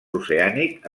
oceànic